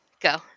go